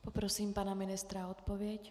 Poprosím pana ministra o odpověď.